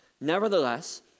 Nevertheless